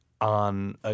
on –